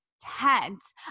Tense